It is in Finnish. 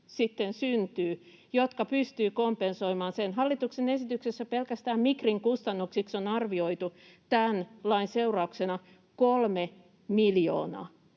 sitten syntyvät, jotka pystyvät kompensoimaan sen? Hallituksen esityksessä pelkästään Migrin kustannuksiksi on arvioitu tämän lain seurauksena kolme miljoonaa,